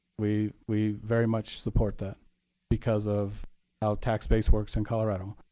we we very much support that because of how tax base works in colorado.